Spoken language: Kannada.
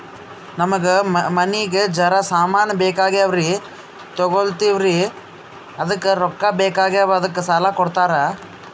ನಮಗ ಮನಿಗಿ ಜರ ಸಾಮಾನ ಬೇಕಾಗ್ಯಾವ್ರೀ ತೊಗೊಲತ್ತೀವ್ರಿ ಅದಕ್ಕ ರೊಕ್ಕ ಬೆಕಾಗ್ಯಾವ ಅದಕ್ಕ ಸಾಲ ಕೊಡ್ತಾರ?